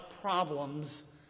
problems